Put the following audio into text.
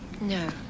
No